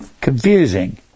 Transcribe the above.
confusing